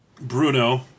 Bruno